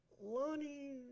Lonnie